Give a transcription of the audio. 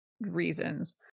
reasons